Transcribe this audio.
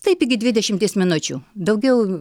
taip iki dvidešimties minučių daugiau